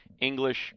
English